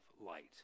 light